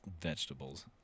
vegetables